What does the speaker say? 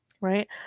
right